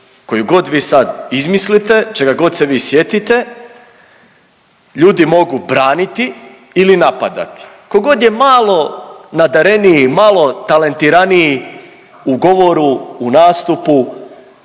koju god vi sad izmislite, čega god se vi sjetite ljudi mogu braniti ili napadati, kogod je malo nadareniji, malo talentiraniji u govoru, u nastupu,